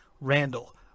Randall